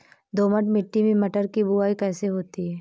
दोमट मिट्टी में मटर की बुवाई कैसे होती है?